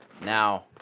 Now